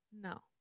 No